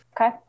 okay